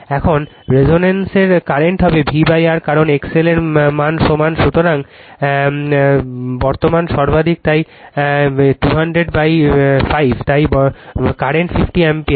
এখন রেজোনেন্সে কারেন্ট হবে VR কারণ XL এর সমান সুতরাং বর্তমান সর্বাধিক তাই 2005 তাই বর্তমান 40 অ্যাম্পিয়ার